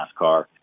NASCAR